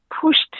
pushed